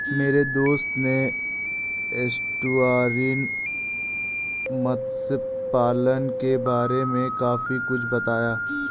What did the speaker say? मेरे दोस्त ने एस्टुअरीन मत्स्य पालन के बारे में काफी कुछ बताया